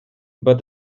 but